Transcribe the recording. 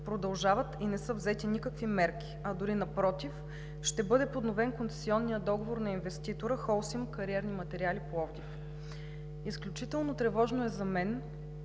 продължават и не са взети никакви мерки, а дори напротив, ще бъде подновен концесионният договор на инвеститора „Холсим Кариерни материали Пловдив“. Изключително тревожно за мен